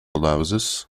louses